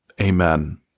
Amen